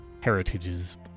heritages